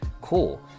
cool